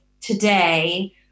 today